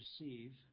receive